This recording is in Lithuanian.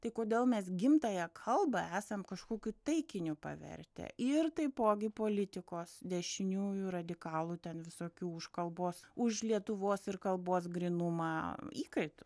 tai kodėl mes gimtąją kalbą esam kažkokiu taikiniu pavertę ir taipogi politikos dešiniųjų radikalų ten visokių už kalbos už lietuvos ir kalbos grynumą įkaitu